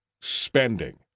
spending